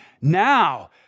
Now